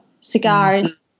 cigars